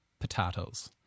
potatoes